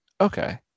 Okay